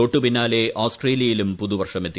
തൊട്ടുപിന്നാലെ ഓസ് ട്രേലിയയിലും പുതുവർഷമെത്തി